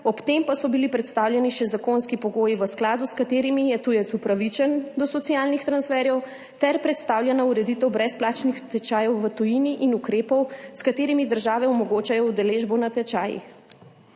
ob tem pa so bili predstavljeni še zakonski pogoji, v skladu s katerimi je tujec upravičen do socialnih transferjev, ter predstavljena ureditev brezplačnih tečajev v tujini in ukrepov, s katerimi države omogočajo udeležbo na tečajih.